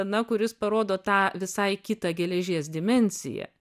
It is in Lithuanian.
na kuris parodo tą visai kitą geležies dimensiją